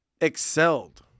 excelled